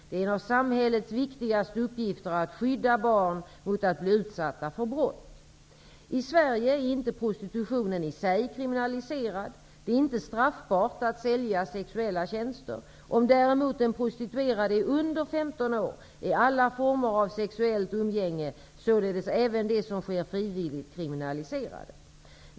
Det är en av samhällets viktigaste uppgifter att skydda barn mot att bli utsatta för brott. I Sverige är inte prostitutionen i sig kriminaliserad. Det är inte straffbart att sälja sexuella tjänster. Om däremot den prostituerade är under femton år är alla former av sexuellt umgänge, således även det som sker frivilligt, kriminaliserade.